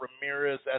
ramirez